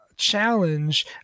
challenge